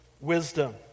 wisdom